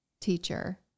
teacher